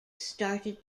started